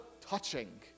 touching